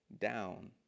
down